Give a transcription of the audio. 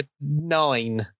nine